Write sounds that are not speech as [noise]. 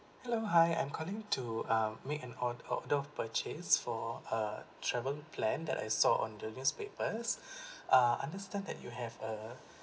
hello hi I'm calling to um make an ord~ order of purchase for a travel plan that I saw on the newspaper's [breath] uh understand that you have a